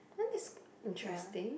then this interesting